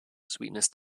sweetness